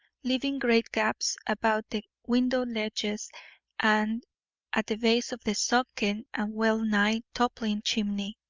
leaving great gaps about the window-ledges and at the base of the sunken and well-nigh toppling chimney.